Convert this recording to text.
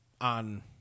on